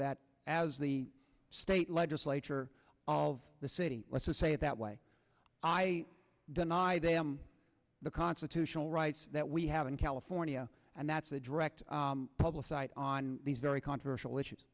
that as the state legislature of the city let's say it that way i deny them the constitutional rights that we have in california and that's a direct publicized on these very controversial issues